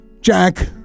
Jack